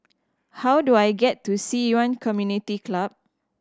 how do I get to Ci Yuan Community Club